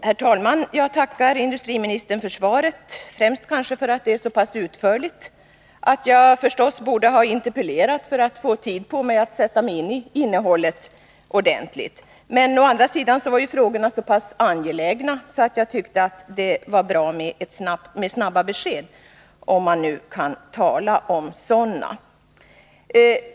Herr talman! Jag tackar industriministern för svaret, främst kanske därför att det är så pass utförligt. Jag borde egentligen ha interpellerat för att få tid på mig att kommentera innehållet ordentligt. Men å andra sidan var frågorna så pass angelägna, att jag tyckte att det var bra med snabba besked, om man nu kan tala om sådana.